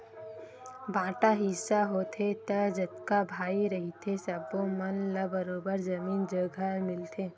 बांटा हिस्सा होथे त जतका भाई रहिथे सब्बो ल बरोबर जमीन जघा मिलथे